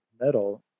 metal